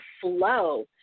Flow